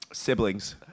Siblings